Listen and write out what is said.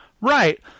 Right